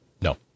No